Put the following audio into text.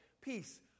peace